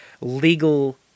legal